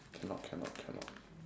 cannot cannot cannot